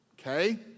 okay